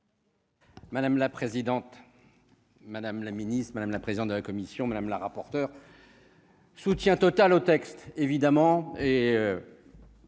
Madame la présidente, madame la ministre, madame la présidente de la commission madame la rapporteure. Soutien total au texte évidemment